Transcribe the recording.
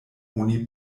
oni